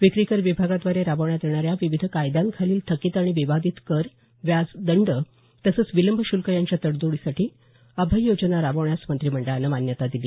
विक्रीकर विभागाद्वारे राबविण्यात येणाऱ्या विविध कायद्यांखालील थकित आणि विवादित कर व्याज दंड तसंच विलंब शुल्क यांच्या तडजोडीसाठी अभय योजना राबवण्यास मंत्रिमंडळानं मान्यता दिली